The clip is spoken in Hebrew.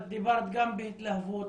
את דיברת גם בהתלהבות,